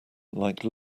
like